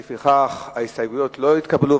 לפיכך, ההסתייגות לא התקבלה.